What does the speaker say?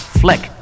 flick